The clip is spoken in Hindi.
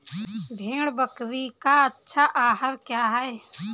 भेड़ बकरी का अच्छा आहार क्या है?